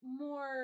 more